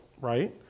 right